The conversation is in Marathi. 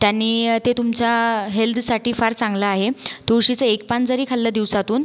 त्यांनी ते तुमच्या हेल्थसाठी फार चांगलं आहे तुळशीचं एक पान जरी खाल्लं दिवसातून